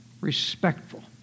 Respectful